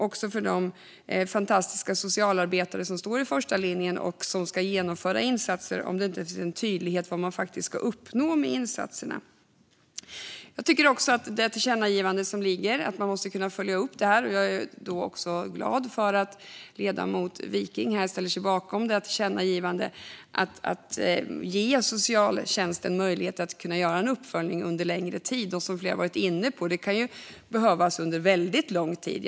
Om det inte finns en tydlighet vad man faktiskt ska uppnå med insatserna blir det ganska svårt också för de fantastiska socialarbetare som står i första linjen. Jag är glad över att ledamoten Mats Wiking ställer sig bakom tillkännagivandet att ge socialtjänsten möjlighet att göra en uppföljning under en längre tid. Som flera har varit inne på kan det ju behövas under en väldigt lång tid.